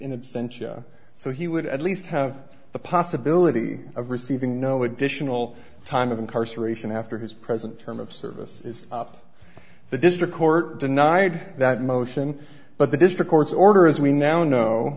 absentia so he would at least have the possibility of receiving no additional time of incarceration after his present term of service is up the district court denied that motion but the district court's order as we now know